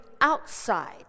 outside